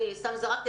אני סתם זרקתי